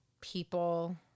people